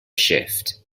shift